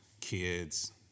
kids